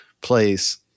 place